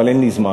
אבל אין לי זמן,